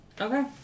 Okay